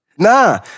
Nah